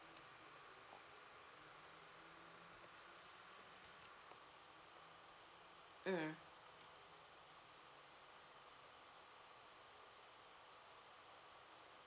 mm